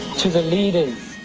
to the leaders,